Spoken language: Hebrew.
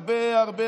חבר הכנסת עודד פורר,